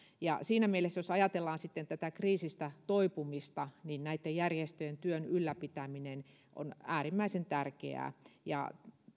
siinä mielessä jos ajatellaan sitten tätä kriisistä toipumista näitten järjestöjen työn ylläpitäminen on äärimmäisen tärkeää ja